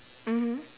mmhmm